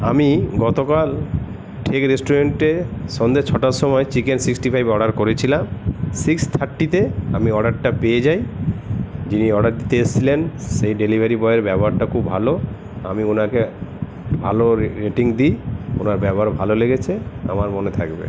আমি গতকাল ঠেক রেস্টুরেন্টে সন্ধে ছটার সময় চিকেন সিক্সটি ফাইভ অর্ডার করেছিলাম সিক্স থার্টিতে আমি অর্ডারটা পেয়ে যাই যিনি অর্ডার দিতে এসছিলেন সেই ডেলিভারি বয়ের ব্যবহারটা খুব ভালো আমি ওঁকে ভালো রেটিং দিই ওঁর ব্যবহার ভালো লেগেছে আমার মনে থাকবে